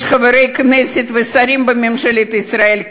יש חברי כנסת ושרים בממשלת ישראל,